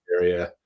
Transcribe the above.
area